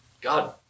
God